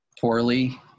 poorly